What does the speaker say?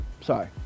sorry